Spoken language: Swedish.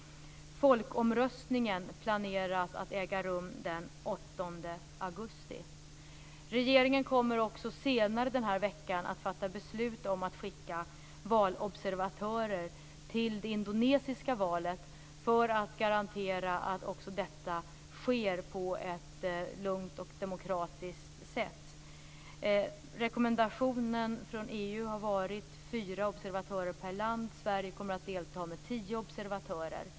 Folkomröstningen planeras att äga rum den 8 augusti. Regeringen kommer också senare denna vecka att fatta beslut om att skicka valobservatörer till det indonesiska valet för att garantera att också detta sker på ett lugnt och demokratiskt sätt. Rekommendationen från EU har varit att varje land skall skicka fyra observatörer; Sverige kommer att delta med tio observatörer.